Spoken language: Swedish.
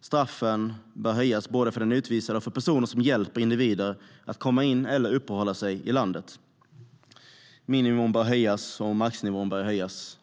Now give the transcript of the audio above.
Straffen bör höjas både för den utvisade och för personer som hjälper individer att komma in eller uppehålla sig i landet. Både minimi och maximinivån bör höjas.